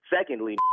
Secondly